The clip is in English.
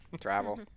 travel